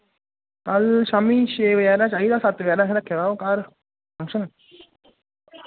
कल शाम्मीं छे बजे हारे चाहिदा सत्त बजे हारे असें रक्खे दा ओह् घर फंक्शन